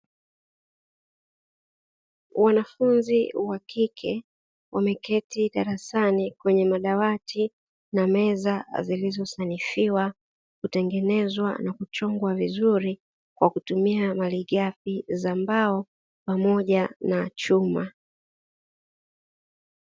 Wanafunzi wakike wameketi darasani kwenye madawati na meza zilizosanifiwa, kutengenezwa, na kuchongwa vizuri kwa kutumia malighafi za mbao pamoja na chuma.